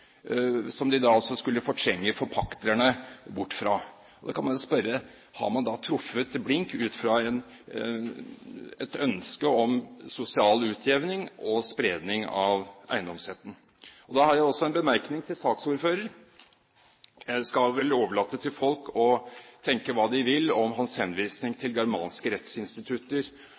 som de da altså senere har fortrengt forpakterne bort fra. Da kan man jo spørre: Har man da truffet blink, ut fra et ønske om sosial utjevning og spredning av eiendomsretten? Jeg har også en bemerkning til saksordføreren. Jeg skal overlate til folk å tenke hva de vil om hans henvisning til germanske rettsinstitutter